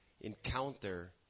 encounter